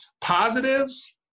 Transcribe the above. Positives